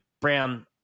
Brown